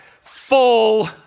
full